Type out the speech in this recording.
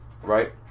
right